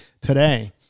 today